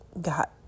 got